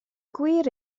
gwir